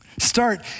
Start